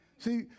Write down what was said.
See